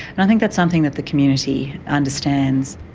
i think that's something that the community understands.